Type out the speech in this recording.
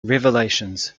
revelations